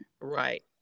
Right